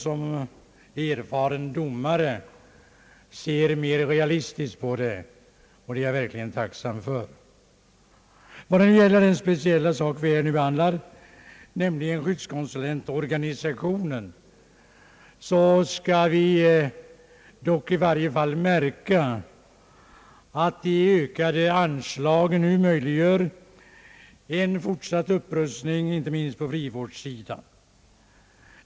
Som erfaren domare ser herr Ernulf mera realistiskt på detta, och det är jag verkligen tacksam för. Vad gäller den speciella fråga som vi nu behandlar, nämligen skyddskonsulentorganisationen, bör vi i varje fall komma ihåg att de ökade anslagen nu möjliggör en fortsatt upprustning, inte minst på frivårdssidan.